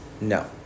No